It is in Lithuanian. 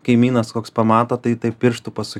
kaimynas koks pamato tai taip pirštu pasu